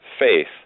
faith